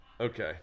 Okay